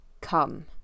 come